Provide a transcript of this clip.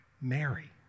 Mary